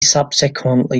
subsequently